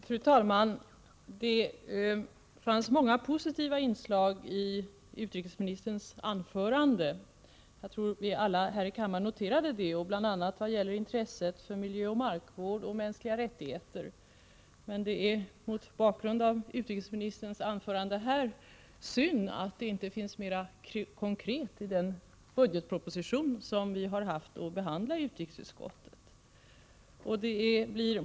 Fru talman! Det fanns många positiva inslag i utrikesministerns anförande. Jag tror att vi alla här i kammaren noterade det, bl.a. vad gäller intresset för miljöoch markvård samt mänskliga rättigheter. Men det är mot bakgrund av utrikesministerns anförande här synd att det inte finns mera konkret i den budgetproposition som vi har haft att behandla i utrikesutskottet.